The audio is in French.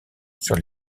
sur